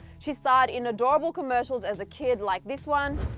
she starred in adorable commercials as a kid, like this one